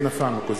אינו משתתף